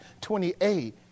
28